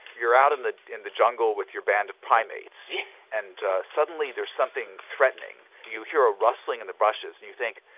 you're out in the in the jungle with your band of primates and suddenly there's something threatening, you hear a rustling in the brushes and you think,